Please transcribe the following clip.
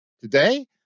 today